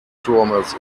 turmes